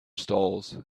stalls